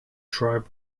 tribe